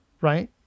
right